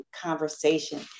conversation